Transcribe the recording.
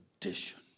tradition